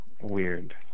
weird